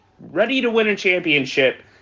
ready-to-win-a-championship